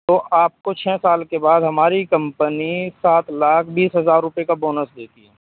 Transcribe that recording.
تو آپ کو چھ سال کے بعد ہماری کمپنی سات لاکھ بیس ہزار روپئے کا بونس دیتی ہے